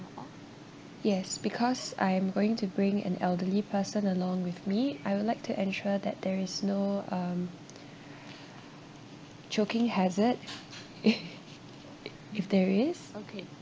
yes because I'm going to bring an elderly person along with me I would like to ensure that there is no um choking hazard if there is